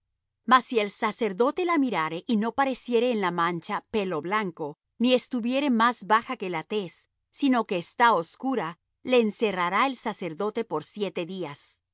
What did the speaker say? mas si el sacerdote la mirare y no pareciere en la mancha pelo blanco ni estuviere más baja que la tez sino que está oscura le encerrará el sacerdote por siete días